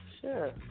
sure